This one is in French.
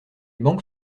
banque